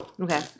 okay